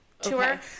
tour